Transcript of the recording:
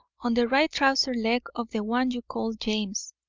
on the right trouser leg of the one you call james.